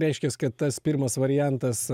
reiškias kad tas pirmas variantas